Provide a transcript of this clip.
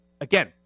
Again